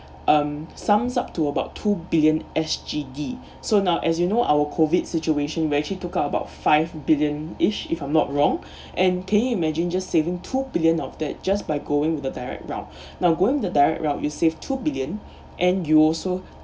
um sums up to about two billion S_G_D so now as you know our COVID situation where actually took out about five billion each if I'm not wrong and can you imagine just saving two billion of that just by going with the direct route now going the direct route you saved two billion and you also